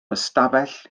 ystafell